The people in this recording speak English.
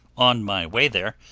on my way there,